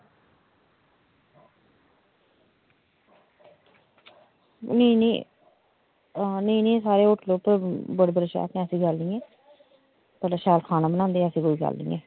नेईं नेईं साढ़े होटल च बड़े बड़े शेफ न ऐसी कोई गल्ल निं ऐ कन्नै शैल खाना बनांदे ऐसी कोई गल्ल निं ऐ